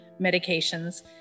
medications